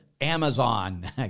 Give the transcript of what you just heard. Amazon